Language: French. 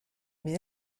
mes